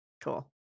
Cool